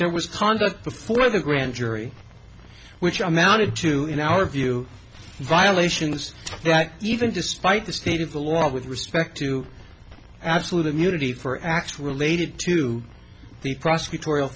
there was conduct before the grand jury which amounted to in our view violations that even despite the state of the law with respect to absolute immunity for for act related to the prosecutor